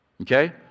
Okay